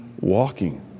walking